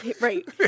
right